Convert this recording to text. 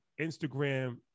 Instagram